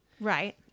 Right